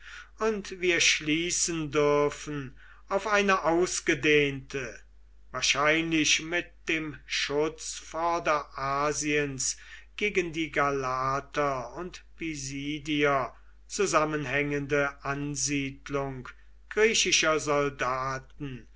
und wir schließen dürfen auf eine ausgedehnte wahrscheinlich mit dem schutz vorderasiens gegen die galater und pisidier zusammenhängende ansiedlung griechischer soldaten